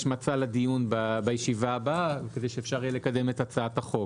מצע לדיון בישיבה הבאה כדי אפשר יהיה לקדם את הצעת החוק.